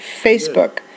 Facebook